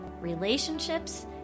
relationships